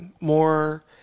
more